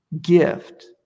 gift